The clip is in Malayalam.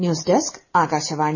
news desk Akashvani